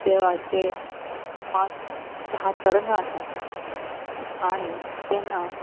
देवाचे पांच सात तरंगा आसतात आनी तेन्ना